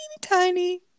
tiny